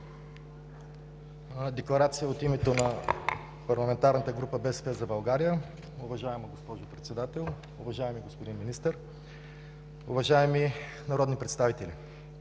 Декларация от името на парламентарната група на „БСП за България“. Уважаема госпожо Председател, уважаеми господин Министър, уважаеми народни представители!